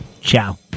Ciao